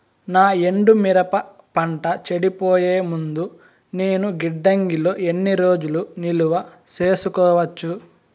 నా ఎండు మిరప పంట చెడిపోయే ముందు నేను గిడ్డంగి లో ఎన్ని రోజులు నిలువ సేసుకోవచ్చు?